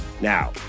Now